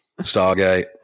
Stargate